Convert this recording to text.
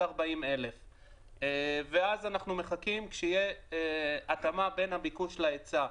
40,000. ואז אנחנו מחכים שתהיה התאמה בין הביקוש להיצע.